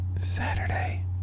Saturday